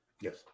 Yes